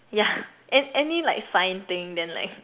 ya and any like sign thing then like